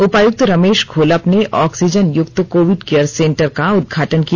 उपायुक्त रमेश घोलप ने ऑक्सीजन युक्त कोविड केयर सेंटर का उद्घाटन किया